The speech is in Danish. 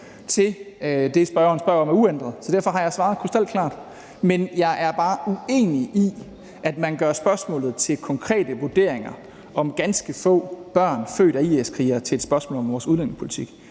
til det, spørgeren spørger om, er uændret. Så derfor har jeg svaret krystalklart. Jeg er bare uenig i, at man gør spørgsmålet om konkrete vurderinger om ganske få børn født af IS-krigere til et spørgsmål om vores udlændingepolitik.